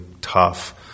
tough